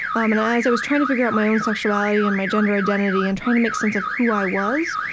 um and as i was trying to figure out my own sexuality and my gender identity and trying to make sense of who i was,